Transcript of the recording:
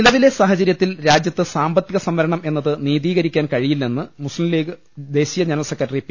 നിലവിലെ സാഹചര്യത്തിൽ രാജ്യത്ത് സാമ്പത്തിക സംവ രണം എന്നത് നീതീകരിക്കാൻ കഴിയില്ലെന്ന് മുസ്ലിംലീഗ് ദേശീയ ജനറൽ സെക്രട്ടറി പി